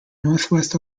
northwest